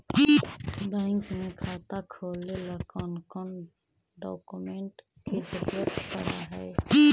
Bank में खाता खोले ल कौन कौन डाउकमेंट के जरूरत पड़ है?